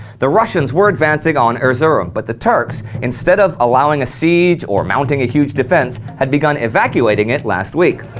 the russians were advancing on erzurum, but the turks instead of allowing a siege or mounting a huge defense, had begun evacuating it last week.